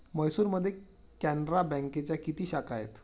म्हैसूरमध्ये कॅनरा बँकेच्या किती शाखा आहेत?